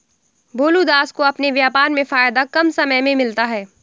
भोलू दास को अपने व्यापार में फायदा कम समय में मिलता है